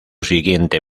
siguiente